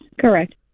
Correct